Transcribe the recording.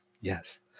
Yes